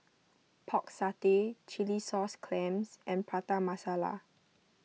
Pork Satay Chilli Sauce Clams and Prata Masala